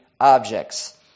objects